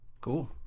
cool